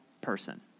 person